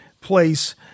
place